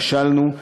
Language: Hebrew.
כשלנו,